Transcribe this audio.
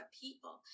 people